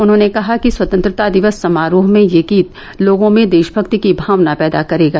उन्होंने कहा कि स्वतंत्रता दिवस समारोह में ये गीत लोगों में देशमक्ति की भावना पैदा करेगा